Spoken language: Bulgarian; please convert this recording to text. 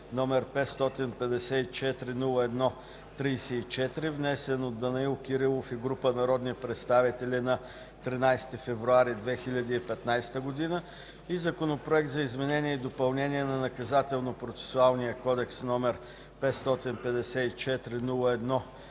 № 554-01-34, внесен от Данаил Димитров Кирилов и група народни представители на 13 февруари 2015 г. и Законопроект за изменение и допълнение на Наказателно-процесуалния кодекс, № 554-01-35,